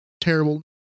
terrible